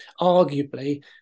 arguably